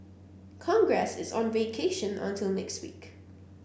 congress is on vacation until next week